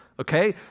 okay